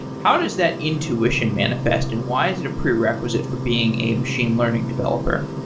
how does that intuition manifest, and why is it a prerequisite for being a machine learning developer?